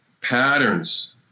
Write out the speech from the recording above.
patterns